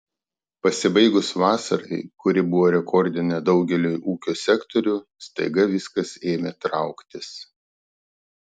pasibaigus vasarai kuri buvo rekordinė daugeliui ūkio sektorių staiga viskas ėmė trauktis